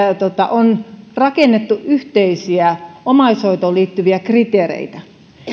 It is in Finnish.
on rakennettu yhteisiä omaishoitoon liittyviä kriteereitä